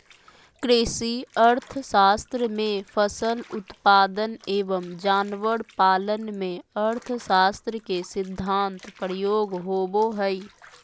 कृषि अर्थशास्त्र में फसल उत्पादन एवं जानवर पालन में अर्थशास्त्र के सिद्धान्त प्रयोग होबो हइ